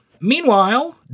Meanwhile